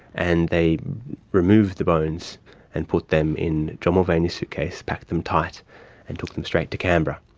and they removed the bones and put them in john mulvaney's suitcase, packed them tight and took them straight to canberra.